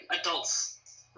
adults